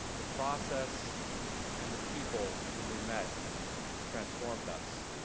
the process and the people whom we met transformed us.